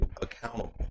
accountable